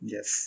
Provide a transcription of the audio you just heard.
Yes